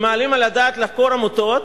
שמעלים על הדעת לחקור עמותות?